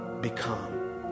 become